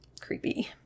creepy